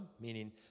meaning